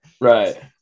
Right